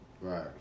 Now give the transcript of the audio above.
Right